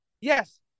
Yes